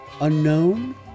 Unknown